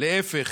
להפך.